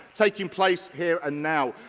taking place here and now.